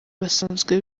basanzwe